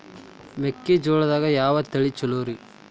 ಮೆಕ್ಕಿಜೋಳದಾಗ ಯಾವ ತಳಿ ಛಲೋರಿ?